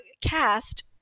cast